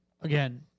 Again